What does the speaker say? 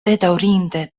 bedaŭrinde